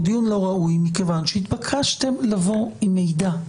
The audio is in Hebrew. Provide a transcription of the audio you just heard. הוא דיון לא ראוי מכיוון שהתבקשתם לבוא עם מידע,